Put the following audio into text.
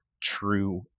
true